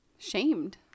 Shamed